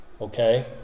okay